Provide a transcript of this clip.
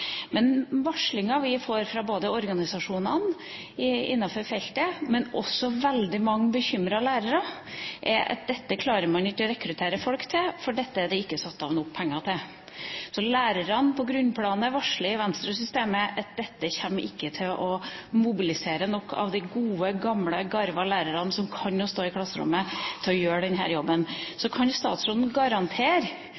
Men varslingen vi får fra både organisasjonene innenfor feltet og veldig mange bekymrede lærere, er at dette klarer man ikke å rekruttere folk til, for dette er det ikke satt av nok penger til. Så lærerne på grunnplanet varsler Venstre-systemet om at dette ikke kommer til å mobilisere nok av de gode, gamle, garvede lærerne, som kan det å stå i klasserommet, til å gjøre denne jobben.